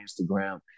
Instagram